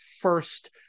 first